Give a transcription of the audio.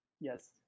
Yes